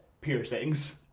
piercings